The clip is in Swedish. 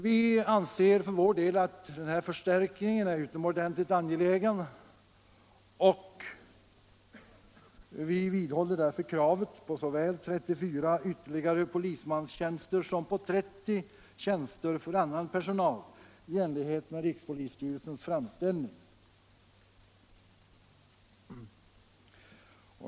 Vi anser att denna förstärkning är utomordentligt angelägen och vidhåller därför kravet på såväl 34 ytterligare polismanstjänster som 30 tjänster för annan personal i enlighet med rikspolisstyrelsens framställning.